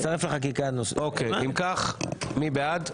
זה מצטרף לחקיקה הנוספת --- אם כך, מי בעד?